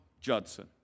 Judson